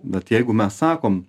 bet jeigu mes sakom